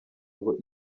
ngo